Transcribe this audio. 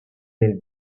nel